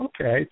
Okay